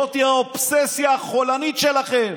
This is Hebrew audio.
זאת האובססיה החולנית שלכם.